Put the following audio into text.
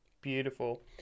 Beautiful